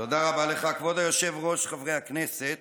חבר הכנסת